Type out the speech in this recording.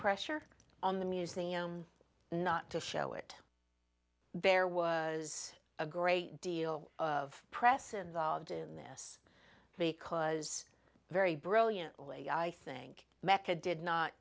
pressure on the museum not to show it there was a great deal of press involved in this because very brilliantly i think mecca did not